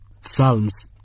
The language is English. Psalms